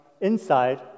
inside